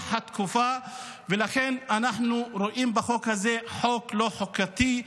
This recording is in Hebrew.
אנחנו רואים בחוק הזה חוק לא חוקתי,